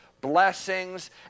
blessings